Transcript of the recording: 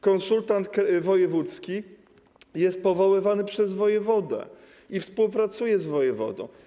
Konsultant wojewódzki jest powoływany przez wojewodę i współpracuje z wojewodą.